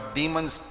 demons